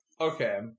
Okay